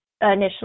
initially